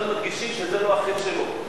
חז"ל מדגישים שזה לא החטא שלו.